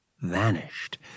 vanished—